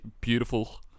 beautiful